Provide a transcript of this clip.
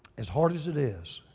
as hard as it is,